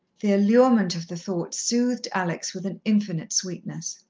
the allurement of the thought soothed alex with an infinite sweetness.